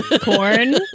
corn